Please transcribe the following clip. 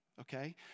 Okay